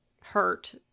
hurt